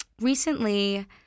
recently